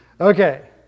Okay